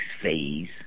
phase